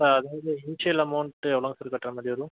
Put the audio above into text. இப்போ அதாவது initial amount எவ்ளோங்க சார் கட்டுரா மாதிரி வரும்